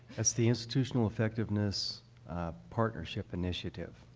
is the institutional effectiveness partnership initiative.